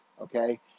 Okay